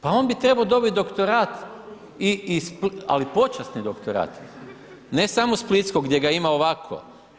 Pa on bi trebao dobiti i doktorat, ali počasni doktorat, ne samo splitskog gdje ga ima ovako.